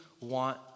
want